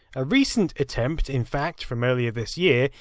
a recent attempt. in fact, from earlier this year,